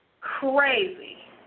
crazy